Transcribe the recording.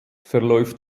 verläuft